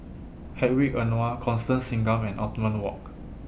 Hedwig Anuar Constance Singam and Othman Wok